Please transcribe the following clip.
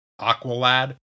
Aqualad